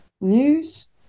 news